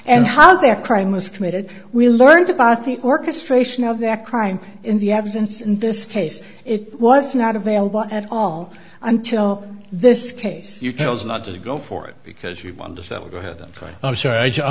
and how their crime was committed we learned about the orchestration of that crime in the evidence in this case it was not available at all until this case you tell us not to go for it because you want to sell go ahead i'm sorry i